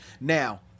Now